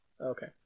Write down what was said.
Okay